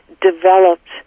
developed